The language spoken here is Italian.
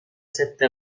sette